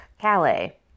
Calais